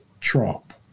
Trump